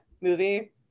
movie